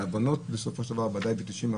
בהבנות, בסופו של דבר, ודאי ב-90%.